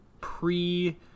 pre